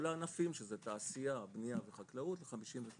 כל הענפים, שזה תעשייה, בנייה וחקלאות, 53